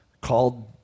called